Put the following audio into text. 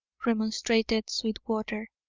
remonstrated sweetwater.